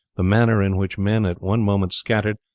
the manner in which men, at one moment scattered,